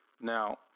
Now